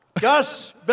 Gus